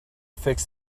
fix